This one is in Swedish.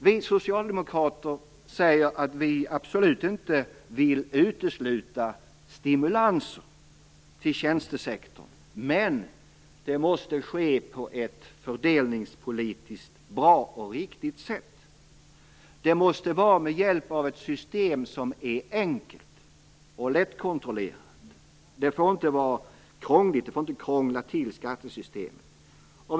Vi socialdemokrater säger att vi absolut inte vill utesluta stimulanser av tjänstesektorn men att det måste ske på ett fördelningspolitiskt bra och riktigt sätt. Det måste ske med ett system som är enkelt och lättkontrollerat. Det får inte krångla till skattesystemet.